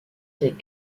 des